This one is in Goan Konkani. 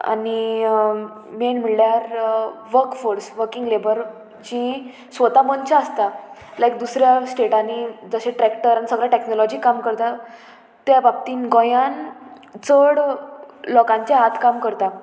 आनी मेन म्हणल्यार वर्क फोर्स वर्कींग लेबर जीं स्वता मनशां आसता लायक दुसऱ्या स्टेटांनी जशें ट्रॅक्टर आनी सगळें टॅक्नोलॉजी काम करता त्या बाबतींत गोंयान चड लोकांचे हात काम करता